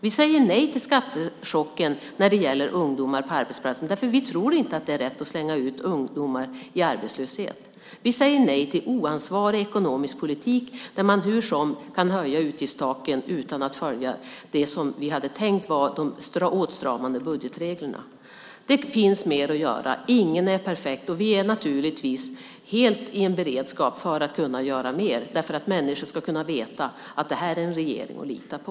Vi säger nej till skattechocken när det gäller ungdomar på arbetsplatserna eftersom vi inte tror att det är rätt att slänga ut ungdomar i arbetslöshet. Vi säger nej till oansvarig ekonomisk politik där man kan höja utgiftstaken utan att följa det som vi hade tänkt skulle vara de åtstramande budgetreglerna. Det finns mer att göra. Ingen är perfekt. Vi har naturligtvis full beredskap för att kunna göra mer. Människor ska kunna veta att det här är en regering att lita på.